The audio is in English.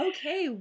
Okay